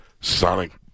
sonic